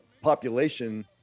population